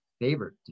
Favorite